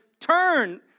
turn